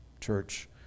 church